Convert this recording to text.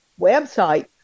website